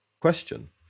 question